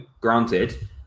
granted